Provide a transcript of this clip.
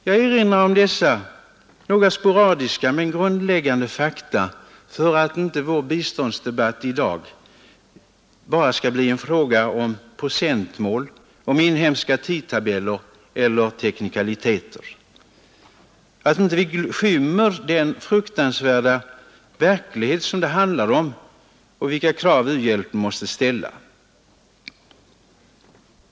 Jag erinrar om dessa sporadiska men grundläggande fakta för att inte vår biståndsdebatt i dag bara skall bli en fråga om procentmål, om inhemska tidtabeller eller teknikaliteter, för att den inte skall skymma den fruktansvärda verklighet som det handlar om och de krav u-hjälpen måste ställa.